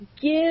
give